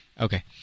Okay